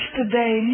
today